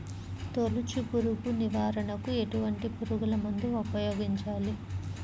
తొలుచు పురుగు నివారణకు ఎటువంటి పురుగుమందులు ఉపయోగించాలి?